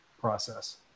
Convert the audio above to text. process